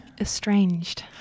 Estranged